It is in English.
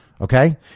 okay